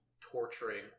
torturing